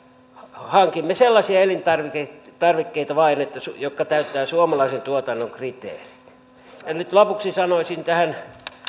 hankimme vain sellaisia elintarvikkeita jotka täyttävät suomalaisen tuotannon kriteerit lopuksi sanoisin tähän